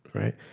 right?